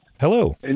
Hello